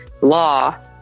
law